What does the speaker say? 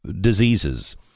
diseases